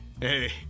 Hey